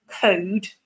code